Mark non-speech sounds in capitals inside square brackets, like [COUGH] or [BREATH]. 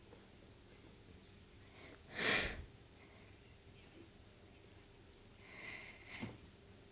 [BREATH]